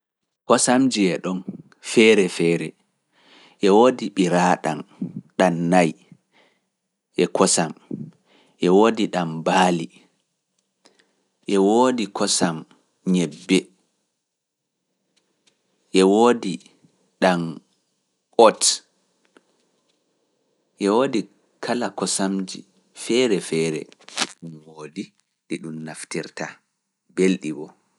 Kosamji e ɗon feere feere e woodi ɓiraaɗam ɗam nayi e kosam e woodi ɗam baali e woodi kosam ñebbe e woodi ɗam ot e woodi kala kosamji feere feere ɗum woodi ɗi ɗum naftirta belɗi woo.